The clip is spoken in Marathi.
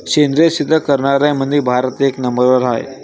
सेंद्रिय शेती करनाऱ्याईमंधी भारत एक नंबरवर हाय